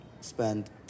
spend